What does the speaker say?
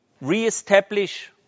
reestablish